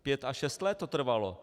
Pět až šest let to trvalo.